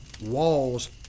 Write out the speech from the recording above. walls